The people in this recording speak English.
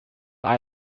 are